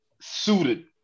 suited